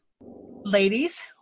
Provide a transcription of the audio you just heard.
Ladies